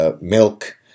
Milk